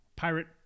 Pirate